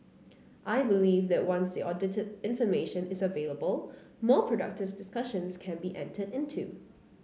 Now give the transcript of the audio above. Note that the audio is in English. I believe that once the audited information is available more productive discussions can be entered into